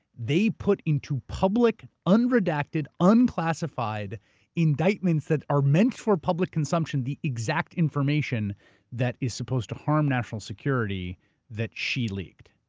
they put into public unredacted, unclassified indictments that are meant for public consumption the exact information that is supposed to harm national security that she leaked.